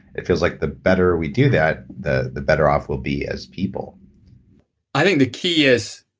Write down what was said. it feels like the better we do that, the the better off we'll be as people i think the key is